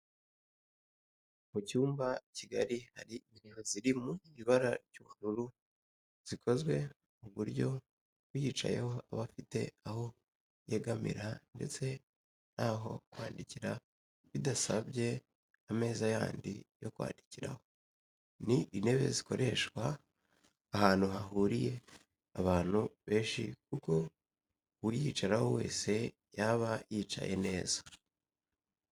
Mu cyumba kigari hari intebe ziri mu ibara ry'ubururu zikozwe ku buryo uyicayeho aba afite aho yegamira ndetse n'aho kwandikira bidasabye ameza yandi yo kwandikiraho. Ni intebe zakoreshwa ahantu hahuriye abantu benshi kuko uwayicaraho wese yaba yicaye neza